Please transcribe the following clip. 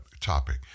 topic